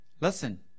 Listen